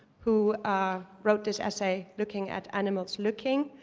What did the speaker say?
who wrote this essay looking at animals looking.